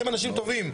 אתם אנשים טובים.